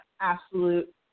absolute